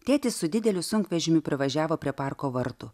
tėtis su dideliu sunkvežimiu privažiavo prie parko vartų